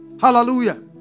Hallelujah